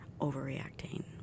overreacting